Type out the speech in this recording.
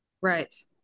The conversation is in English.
Right